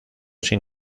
sin